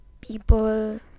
people